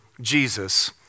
Jesus